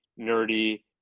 nerdy